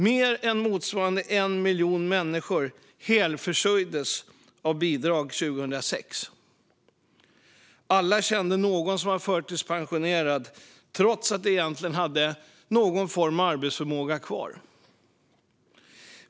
Mer än motsvarande 1 miljon människor heltidsförsörjdes av bidrag 2006. Alla kände någon som var förtidspensionerad trots att någon form av arbetsförmåga egentligen ofta fanns kvar.